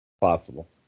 Possible